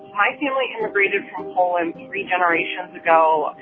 my family immigrated from poland three generations ago.